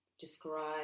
describe